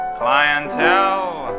clientele